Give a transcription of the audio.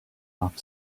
off